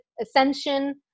ascension